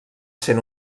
sent